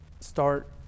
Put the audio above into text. start